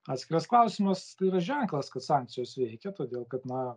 atskiras klausimas tai yra ženklas kad sankcijos veikia todėl kad na